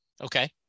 Okay